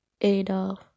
Adolf